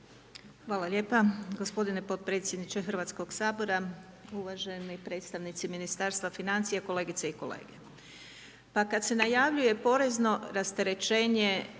Hvala lijepo, gospodine potpredsjedniče Hrvatskog sabora. Uvaženi predstavnici ministarstva financija, kolegice i kolege. Kada se najavljuje porezno opterećenje,